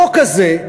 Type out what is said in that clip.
החוק הזה,